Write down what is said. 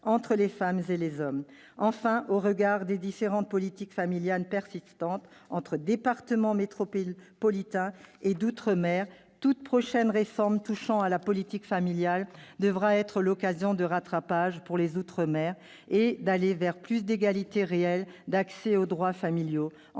Enfin, au regard des différences qui persistent en la matière entre les départements métropolitains et ceux d'outre-mer, toute prochaine réforme touchant à la politique familiale devra être l'occasion d'un rattrapage pour les outre-mer afin d'aller vers plus d'égalité réelle en termes d'accès aux droits familiaux,